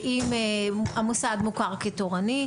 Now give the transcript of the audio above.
אם המוסד מוכר כתורני,